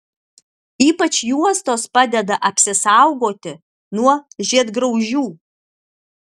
ypač juostos padeda apsisaugoti nuo žiedgraužių